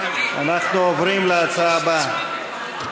אנחנו עוברים להצעה הבאה: